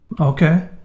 Okay